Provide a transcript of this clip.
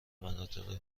مناطق